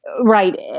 Right